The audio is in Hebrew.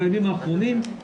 בימים האחרונים,